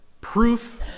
proof